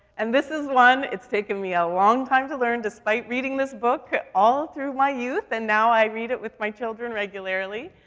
and this is one. one. it's taken me a long time to learn despite reading this book all through my youth, and now i read it with my children regularly.